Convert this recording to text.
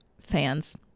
fans